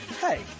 Hey